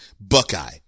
Buckeye